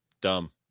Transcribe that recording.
dumb